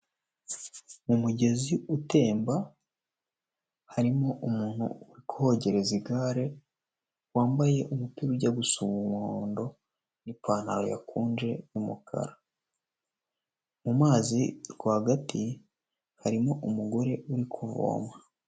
Mu mugezi utemba, harimo umuntu uri kuhogereza igare, wambaye umupira ujya gusa umuhondo n'ipantaro yakunje y'umukara, mu mazi rwagati harimo umugore uri kuvoma.